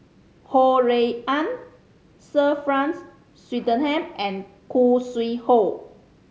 Ho Rui An Sir Franks Swettenham and Khoo Sui Hoe